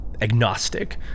agnostic